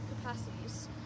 capacities